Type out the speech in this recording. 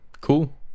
cool